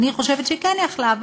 אני חושבת שהיא כן יכלה,